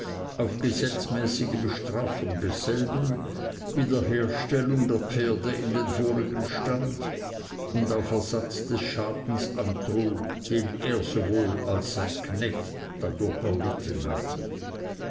auf gesetzmäßige bestrafung desselben wiederherstellung der pferde in den vorigen stand und auf ersatz des schadens antrug den er sowohl als sein knecht dadurch erlitten hatten